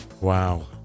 Wow